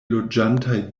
loĝantaj